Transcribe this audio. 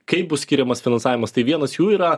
kaip bus skiriamas finansavimas tai vienas jų yra